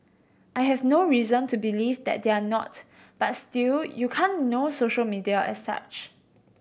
I have no reason to believe that they are not but still you can't know social media as such